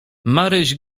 maryś